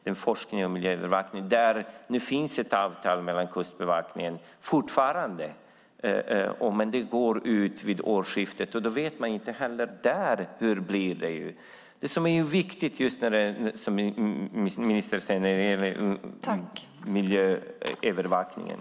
Det finns fortfarande ett avtal med Kustbevakningen. Men det går ut vid årsskiftet, och då vet man inte hur det blir. Det är viktigt med miljöövervakningen.